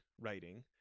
writing